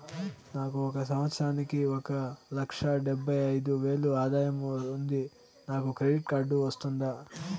నాకు ఒక సంవత్సరానికి ఒక లక్ష డెబ్బై అయిదు వేలు ఆదాయం ఉంది నాకు క్రెడిట్ కార్డు వస్తుందా?